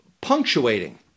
punctuating